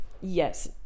yes